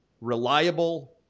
reliable